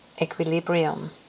equilibrium